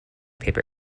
paper